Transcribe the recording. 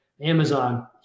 Amazon